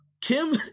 Kim